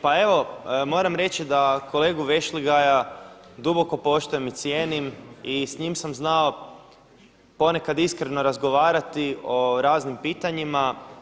Pa evo moram reći da kolegu Vešligaja duboko poštujem i cijenim i s njim sam znao ponekad iskreno razgovarati o raznim pitanjima.